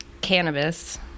cannabis